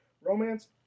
Romance